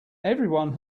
everyone